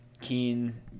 Keen